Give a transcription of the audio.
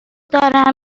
دارم